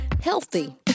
healthy